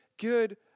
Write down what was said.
good